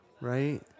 Right